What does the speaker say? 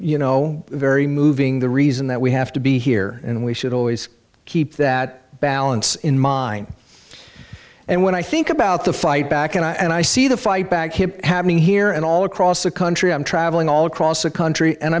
you know very moving the reason that we have to be here and we should always keep that balance in mind and when i think about the fight back and i see the fight back here happening here and all across the country i'm traveling all across the country and